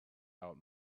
out